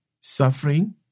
suffering